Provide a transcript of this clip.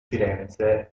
firenze